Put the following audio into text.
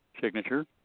signature